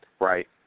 Right